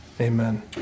Amen